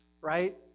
right